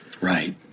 right